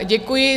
Děkuji.